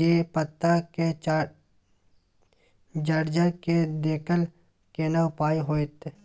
जे पत्ता के जर्जर के देलक केना उपाय होतय?